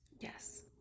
yes